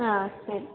ಹಾಂ ಸರಿ